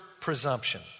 presumption